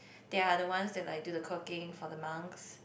they are the one that like do the cooking for the monks